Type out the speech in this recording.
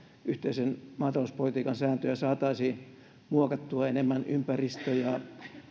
yhteisen maatalouspolitiikan sääntöjä saataisiin muokattua enemmän ympäristö ja